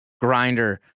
grinder